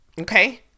Okay